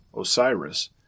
Osiris